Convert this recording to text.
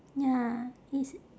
ya it's